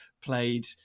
played